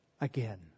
again